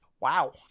wow